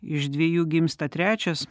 iš dviejų gimsta trečias